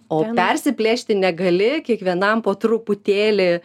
o persiplėšti negali kiekvienam po truputėlį